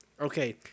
Okay